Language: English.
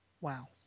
Wow